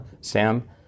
Sam